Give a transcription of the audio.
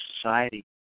society